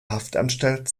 haftanstalt